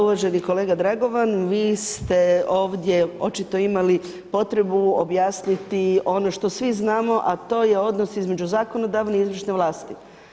Uvaženi kolega Dragovan, vi ste ovdje očito imali potrebu objasniti ono što svi znamo, a to je odnos između zakonodavne i izvršne vlasti.